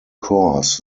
course